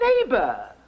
neighbor